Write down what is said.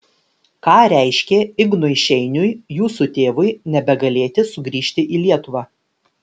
ką reiškė ignui šeiniui jūsų tėvui nebegalėti sugrįžti į lietuvą